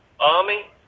Army